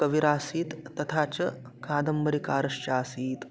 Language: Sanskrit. कवीरासीत् तथा च कादम्बरीकारश्च आसीत्